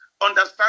understand